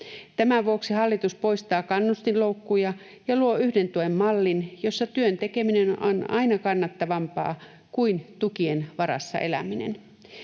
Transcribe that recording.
Tämän vuoksi hallitus poistaa kannustinloukkuja ja luo yhden tuen mallin, jossa työn tekeminen on aina kannattavampaa kuin tukien varassa eläminen.